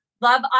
Love